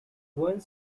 one